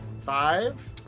Five